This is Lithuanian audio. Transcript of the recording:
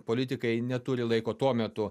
politikai neturi laiko tuo metu